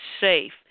safe